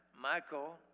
Michael